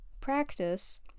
practice